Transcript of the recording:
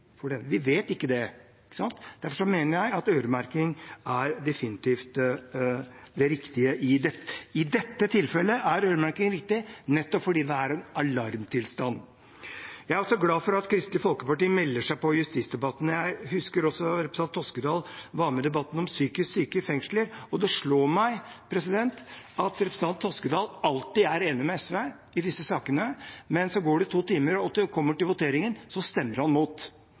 Vi vet ikke det. Derfor mener jeg at i dette tilfellet er øremerking definitivt riktig, nettopp fordi det er en alarmtilstand. Jeg er også glad for at Kristelig Folkeparti melder seg på i justisdebatten. Jeg husker at representanten Toskedal var med i debatten om psykisk syke i fengsler. Det slår meg at representanten Toskedal alltid er enig med SV i disse sakene, men så går det to timer, og når vi kommer til voteringen, stemmer han mot.